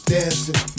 Dancing